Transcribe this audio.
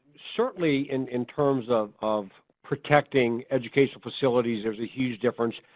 certainly in in terms of of protecting education facilities, there's a huge difference.